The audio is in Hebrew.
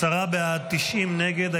עשרה בעד, 90 נגד.